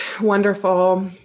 wonderful